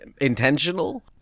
intentional